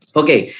okay